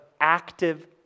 active